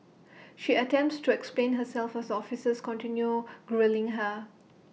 she attempts to explain herself as the officers continue grilling her